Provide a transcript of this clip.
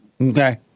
Okay